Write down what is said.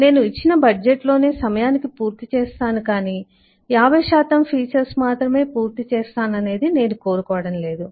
నేను ఇచ్చిన బడ్జెట్ లోనే సమయానికి పూర్తి చేస్తాను కానీ 50 ఫీచర్స్ మాత్రమే పూర్తి చేస్తాను అనేది నేను కోరుకోవడం లేదు